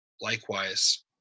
likewise